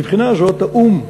מבחינה זו האו"ם,